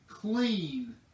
clean